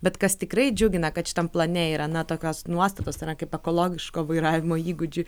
bet kas tikrai džiugina kad šitam plane yra na tokios nuostatos ar ne kaip ekologiško vairavimo įgūdžių